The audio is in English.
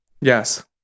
yes